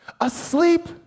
Asleep